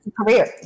career